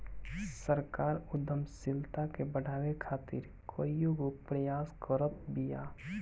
सरकार उद्यमशीलता के बढ़ावे खातीर कईगो प्रयास करत बिया